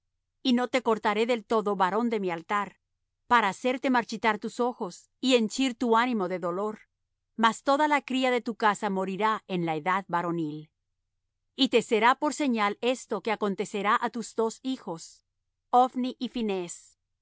y no te cortaré del todo varón de mi altar para hacerte marchitar tus ojos y henchir tu ánimo de dolor mas toda la cría de tu casa morirá en la edad varonil y te será por señal esto que acontecerá á tus dos hijos ophni y